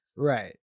Right